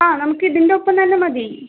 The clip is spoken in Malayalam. ആ നമക്കിതിൻറ്റൊപ്പം തന്നെ മതീ